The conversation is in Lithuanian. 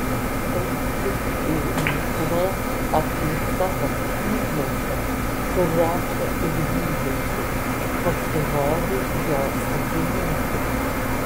kai tik ėmė kloti apie savo skydliaukę kurią čia ir gydėsi pasirodė jo savininkė